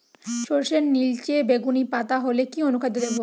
সরর্ষের নিলচে বেগুনি পাতা হলে কি অনুখাদ্য দেবো?